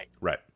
Right